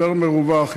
יותר מרווח,